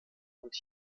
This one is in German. und